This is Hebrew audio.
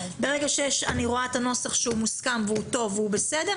ברגע שאראה את הנוסח המוסכם והוא טוב והוא בסדר,